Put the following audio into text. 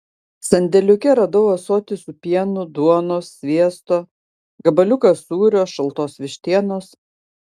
sandėliuke radau ąsotį su pienu duonos sviesto gabaliuką sūrio šaltos vištienos